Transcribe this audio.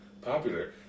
popular